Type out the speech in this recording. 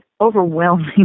overwhelming